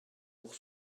pour